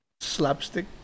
slapstick